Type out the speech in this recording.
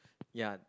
ya